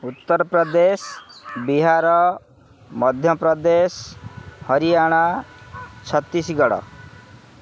Uttar Pradesh Bihar Madhya Pradesh Haryana Chhattisgarh